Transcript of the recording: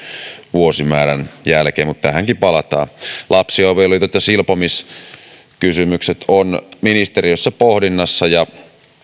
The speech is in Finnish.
vuosimäärän jälkeen mutta tähänkin palataan lapsiavioliitot ja silpomiskysymykset ovat ministeriössä pohdinnassa ja